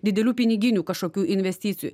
didelių piniginių kažkokių investicijų